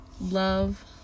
love